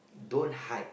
don't hide